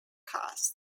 cast